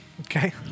Okay